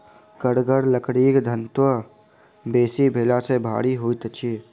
कड़गर लकड़ीक घनत्व बेसी भेला सॅ भारी होइत अछि